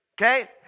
okay